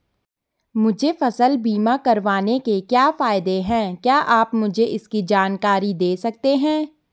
मुझे फसल बीमा करवाने के क्या फायदे हैं क्या आप मुझे इसकी जानकारी दें सकते हैं?